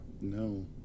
No